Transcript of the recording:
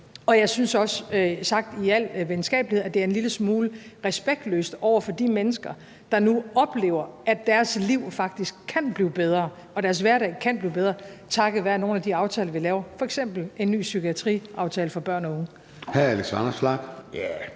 og jeg synes også, sagt i al venskabelighed, at det er en lille smule respektløst for de mennesker, der nu oplever, at deres liv faktisk kan blive bedre og deres hverdag kan blive bedre takket være nogle af de aftaler, vi laver, f.eks. en ny psykiatriaftale for børn og unge.